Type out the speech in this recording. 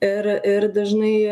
ir ir dažnai